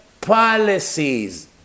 policies